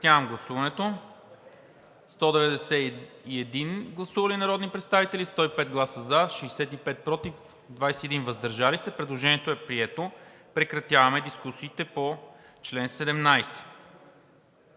Прекратяваме дискусиите по чл. 17.